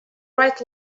right